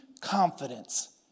confidence